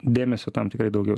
dėmesio tam tikrai daugiau